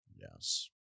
Yes